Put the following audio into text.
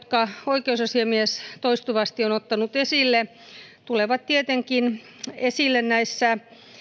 oikeusasiamies toistuvasti on ottanut esille tulevat tietenkin esille näissä